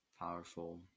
Powerful